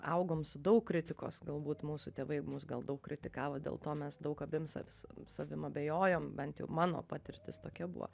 augom su daug kritikos galbūt mūsų tėvai mus gal daug kritikavo dėl to mes daug ką bimsą vis savim abejojam bent jau mano patirtis tokia buvo